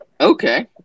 okay